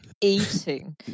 Eating